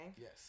yes